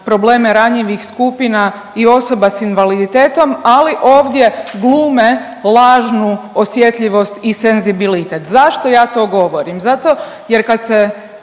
probleme ranjivih skupina i osoba s invaliditetom, ali ovdje glume lažnu osjetljivost i senzibilitet. Zašto ja to govorim? Zato jer kad se